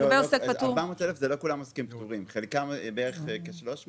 לא כל ה-400,000 הם עוסקים פטורים; בערך כשני